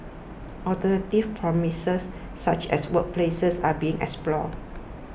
alternative premises such as workplaces are being explored